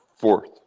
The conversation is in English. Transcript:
Fourth